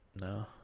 No